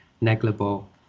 negligible